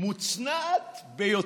מוצנעת ביותר: